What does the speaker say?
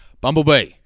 Bumblebee